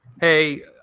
hey